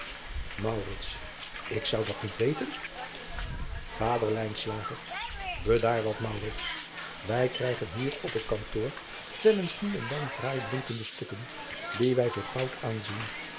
k zou dat niet weten ader edaar wat wij krijgen hier op het kantoor wel eens nu en dan fraai blinkende stukken die wij voor goud aanzien